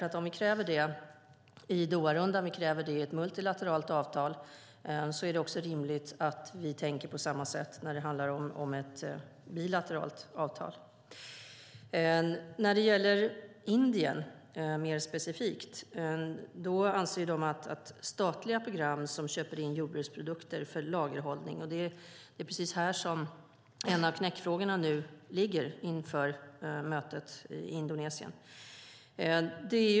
Om vi kräver det i Doharundan och i ett multilateralt avtal är det också rimligt att vi tänker på samma sätt när det handlar om ett bilateralt avtal. När det mer specifikt gäller Indien handlar det om statliga program som köper in jordbruksprodukter för lagerhållning i syfte att trygga livsmedelsförsörjningen. Det är precis här som en av knäckfrågorna ligger inför mötet i Indonesien.